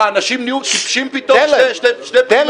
מה, אנשים נהיו טיפשים פתאום שתי בחינות?